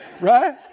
Right